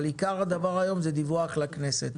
אבל עיקר הדיון היום הוא דיווח לכנסת.